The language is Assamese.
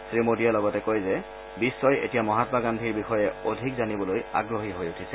শ্ৰীমোদীয়ে লগতে কয় যে বিঘ্বই এতিয়া মহাম্মা গান্ধীৰ বিষয়ে অধিক জানিবলৈ আগ্ৰহী হৈ উঠিছে